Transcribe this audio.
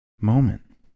moment